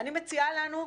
אני מציעה לנו,